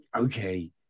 okay